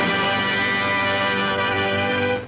and